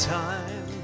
time